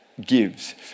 gives